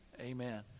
Amen